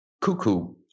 Cuckoo